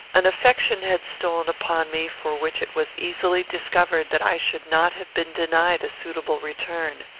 an affection had stolen upon me, for which it was easily discovered that i should not have been denied a suitable return.